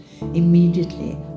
immediately